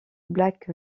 black